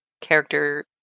character